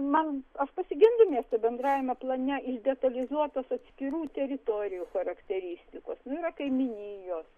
man aš pasigendu miesto bendrajame plane išdetalizuotos atskirų teritorijų charakteristikos nu yra kaimynijos